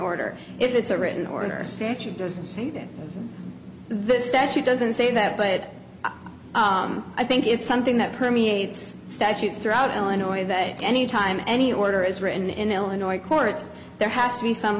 order if it's a written order a statute doesn't say that the statute doesn't say that but i think it's something that permeates statutes throughout illinois that at any time any order is written in illinois courts there has to be some